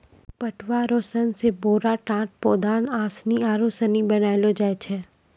पटुआ रो सन से बोरा, टाट, पौदान, आसनी आरु सनी बनैलो जाय छै